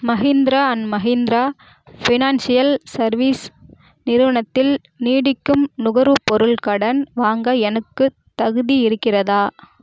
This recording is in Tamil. Mahindra and Mahindra financial service நிறுவனத்தில் நீடிக்கும் நுகர்வுபொருள் கடன் வாங்க எனக்குத் தகுதி இருக்கிறதா